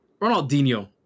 Ronaldinho